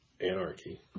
Anarchy